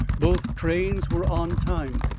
both trains were on time.